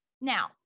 Now